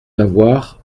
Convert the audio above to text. avoir